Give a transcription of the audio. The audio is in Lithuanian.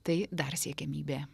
tai dar siekiamybė